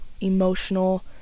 emotional